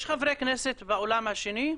יש חברי כנסת באולם השני?